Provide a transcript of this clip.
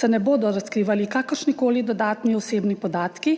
se ne bodo razkrivali kakršnikoli dodatni osebni podatki,